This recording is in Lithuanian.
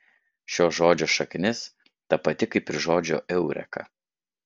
šio žodžio šaknis ta pati kaip ir žodžio eureka